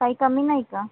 काही कमी नाही का